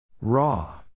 Raw